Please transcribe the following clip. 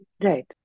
Right